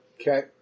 Okay